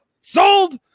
Sold